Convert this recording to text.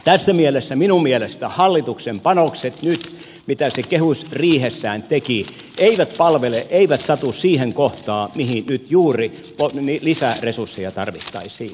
tässä mielessä minun mielestäni hallituksen panokset mitkä se nyt kehysriihessään teki eivät palvele eivät satu siihen kohtaan mihin nyt juuri lisäresursseja tarvittaisiin